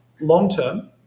long-term